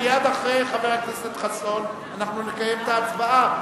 מייד אחרי חבר הכנסת חסון אנחנו נקיים את ההצבעה,